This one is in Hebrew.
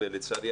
ולצערי,